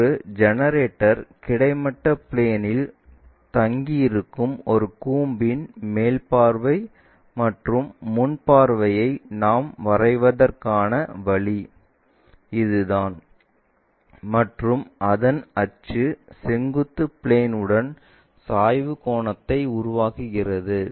ஒரு ஜெனரேட்டர் கிடைமட்ட பிளேன்இல் தங்கியிருக்கும் ஒரு கூம்பின் மேல் பார்வை மற்றும் முன் பார்வையை நாம் வரைவதற்கான வழி இதுதான் மற்றும் அதன் அச்சு செங்குத்து பிளேன்உடன் சாய்வு கோணத்தை உருவாக்குகிறது